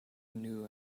knew